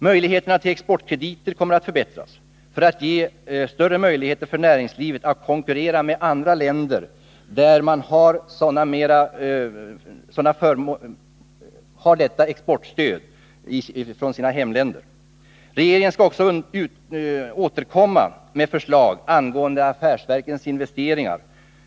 Möjligheterna till exportkrediter kommer också att öka för att näringslivet bättre skall kunna konkurrera med andra länders industrier, som har exportkreditstöd. Regeringen skall också återkomma med förslag angående affärsverkens investeringar.